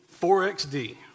4XD